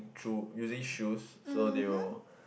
shoe using shoes so they will